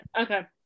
Okay